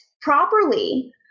properly